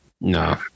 No